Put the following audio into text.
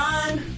Time